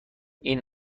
این